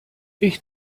ich